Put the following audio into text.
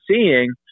seeing